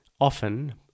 often